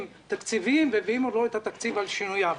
תקציביים ומביאים מולו את התקציב על שינוייו.